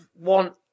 want